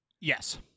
Yes